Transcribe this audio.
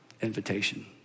Invitation